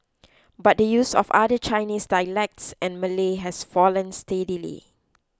but the use of other Chinese dialects and Malay has fallen steadily